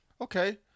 Okay